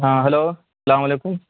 ہاں ہلو اسلام علیکم